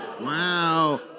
Wow